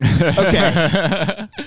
okay